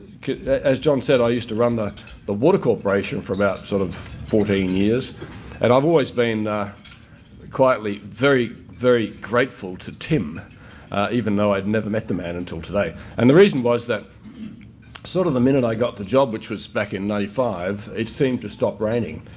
as john said, i used to run the the water corporation for about sort of fourteen years and i've always been quietly very, very grateful to tim even though i had never met the man until today. and the reason was that sort of the minute i got the job, which was back in ninety five it seemed to stop raining.